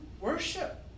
worship